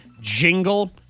jingle